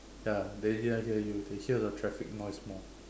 ya they cannot hear you they hear the traffic noise more